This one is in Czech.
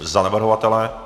Za navrhovatele?